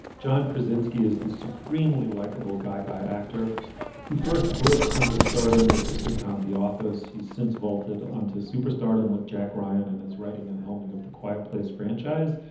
john kazinsky is the supremely likable guy guy actor who first broke on to stardom with the sitcom the office. he's since vaulted onto superstardom with jack ryan and his writing and helming of the quiet place franchise,